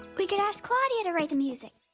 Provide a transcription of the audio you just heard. we could ask claudia to write the music.